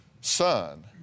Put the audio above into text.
son